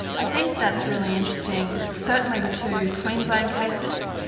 i think that's really interesting. certainly the two queensland cases,